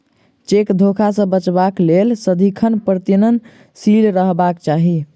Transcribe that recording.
cheque धोखा सॅ बचबाक लेल सदिखन प्रयत्नशील रहबाक चाही